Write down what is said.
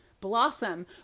Blossom